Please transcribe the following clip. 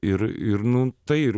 ir ir nu tai ir